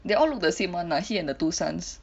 they all look the same [one] he and the two sons